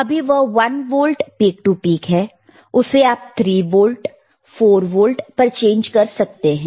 अभी वह 1 volt peak to peak है उसे आप 3 वोल्ट 4 वोल्ट पर चेंज कर सकते हैं